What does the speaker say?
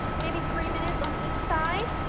maybe three minutes on each side.